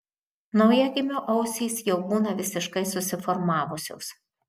naujagimio ausys jau būna visiškai susiformavusios